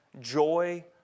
joy